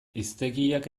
hiztegiak